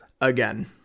again